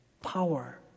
power